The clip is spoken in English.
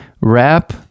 wrap